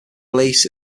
release